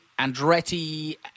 Andretti